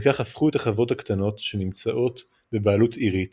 וכך הפכו החוות הקטנות שנמצאות בבעלות אירית